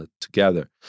together